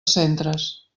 centres